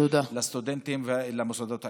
תודה לסטודנטים ולמוסדות האקדמיים.